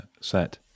set